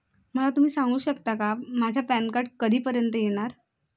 मला तुम्ही सांगू शकता का माझं पॅन कार्ड कधीपर्यंत येणार